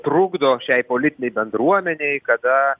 trukdo šiai politinei bendruomenei kada